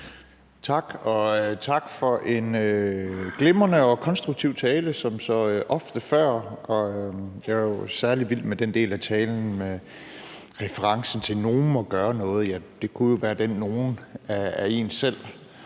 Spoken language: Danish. tak for en glimrende og konstruktiv tale som så ofte før. Jeg er jo særlig vild med den del af talen med referencen til, at nogen må gøre noget, og at det kunne være, at den nogen er en selv.